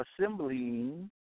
assembling